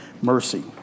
mercy